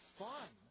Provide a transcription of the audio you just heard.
fun